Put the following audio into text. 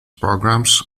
programs